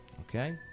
Okay